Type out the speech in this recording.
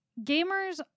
gamers